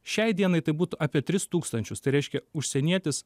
šiai dienai tai būtų apie tris tūkstančius tai reiškia užsienietis